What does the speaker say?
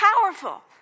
powerful